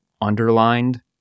underlined